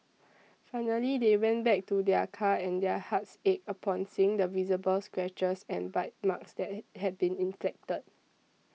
finally they went back to their car and their hearts ached upon seeing the visible scratches and bite marks that he had been inflicted